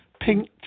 pink